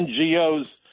NGOs